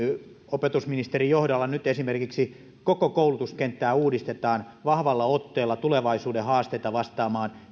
opetusministerin johdolla nyt koko koulutuskenttää uudistetaan vahvalla otteella tulevaisuuden haasteisiin vastaamaan